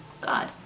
God